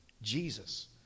jesus